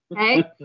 Okay